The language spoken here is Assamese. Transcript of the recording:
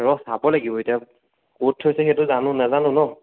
ৰ'হ চাব লাগিব এতিয়া ক'ত থৈছে এতিয়া জানো নাজানো ন'